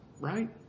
Right